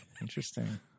interesting